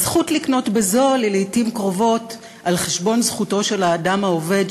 הזכות לקנות בזול היא לעתים קרובות על חשבון זכותו של האדם העובד,